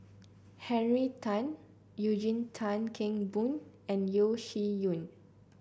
Henry Tan Eugene Tan Kheng Boon and Yeo Shih Yun